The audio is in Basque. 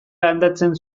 landatzen